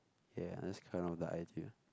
ya let's carry on with the idea